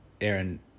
Aaron